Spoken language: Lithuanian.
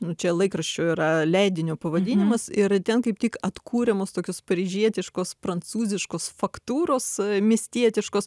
nu čia laikraščio yra leidinio pavadinimas ir ten kaip tik atkuriamos tokios paryžietiškos prancūziškos faktūros miestietiškos